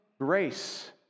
grace